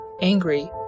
angry